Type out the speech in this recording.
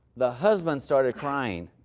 the husband started crying.